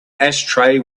ashtray